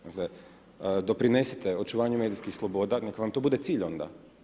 Dakle, doprinesite očuvanju medijskih sloboda, nek' vam to bude cilj onda.